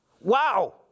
Wow